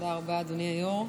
תודה רבה, אדוני היושב-ראש.